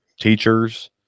teachers